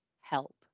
help